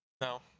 No